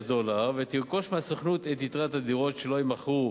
דולר ותרכוש מהסוכנות את יתרת הדירות שלא יימכרו